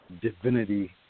divinity